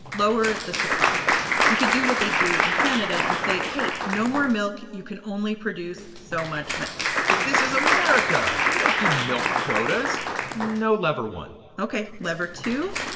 lower the supply you could do what they do in canada and say hey, no more milk you can only produce so much milk but this is america. we don't do milk quotas no lever one point ok. lever two,